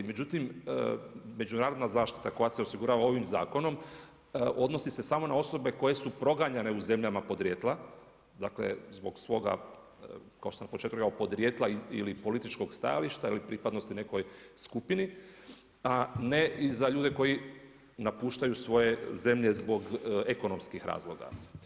Međutim, međunarodna zaštita koja se osigurava ovim zakonom odnosi se samo na osobe koje su proganjane u zemljama podrijetla dakle, zbog svoga kao što sam na početku rekao podrijetla ili političkog stajališta ili pripadnosti nekoj skupini, a ne i za ljude koji napuštaju svoje zemlje zbog ekonomskih razloga.